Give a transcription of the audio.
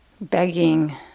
Begging